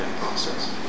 process